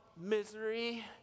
misery